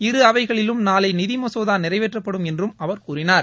இரு அவைகளிலும் நாளை நிதி மசோதா நிறைவேற்றப்படும் என்றும் அவர் கூறினார்